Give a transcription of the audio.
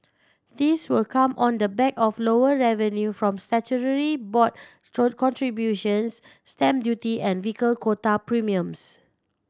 this will come on the back of lower revenue from statutory board contributions stamp duty and vehicle quota premiums